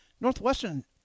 Northwestern